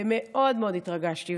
ומאוד מאוד התרגשתי.